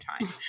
time